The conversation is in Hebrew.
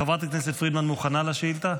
חברת הכנסת פרידמן מוכנה לשאילתה?